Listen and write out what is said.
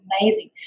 amazing